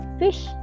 fish